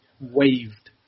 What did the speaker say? waved